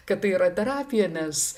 kad tai yra terapija nes